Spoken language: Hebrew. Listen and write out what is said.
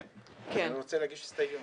אני רוצה להגיב על הדברים